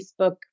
Facebook